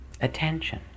Attention